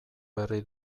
berri